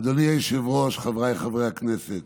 אדוני היושב-ראש, חבריי חברי הכנסת,